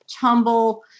tumble